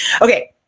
Okay